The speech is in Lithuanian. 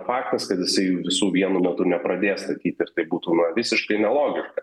faktas kad jisai visų vienu metu nepradės statyt ir tai būtų na visiškai nelogiška